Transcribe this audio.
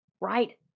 right